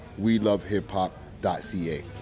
welovehiphop.ca